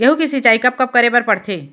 गेहूँ के सिंचाई कब कब करे बर पड़थे?